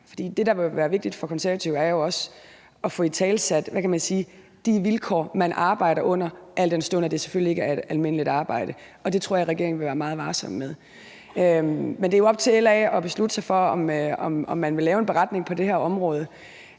Det, der vil være vigtigt for Konservative, er jo også at få italesat, hvad kan man sige, de vilkår, man arbejder under, al den stund det selvfølgelig ikke er almindeligt arbejde, og det tror jeg regeringen vil være meget varsomme med. Men det er jo op til LA at beslutte sig for, om man vil lave en beretning på det her område.